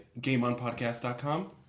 GameOnPodcast.com